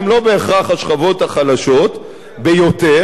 הן לא בהכרח השכבות החלשות ביותר,